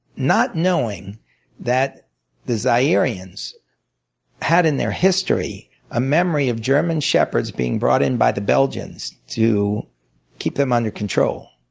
not knowing that the zairians had in their history a memory of german shepherds being brought in by the belgians to keep them under control.